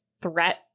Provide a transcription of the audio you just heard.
threat